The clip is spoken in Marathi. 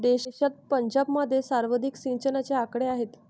देशात पंजाबमध्ये सर्वाधिक सिंचनाचे आकडे आहेत